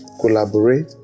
Collaborate